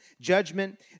judgment